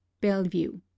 bellevue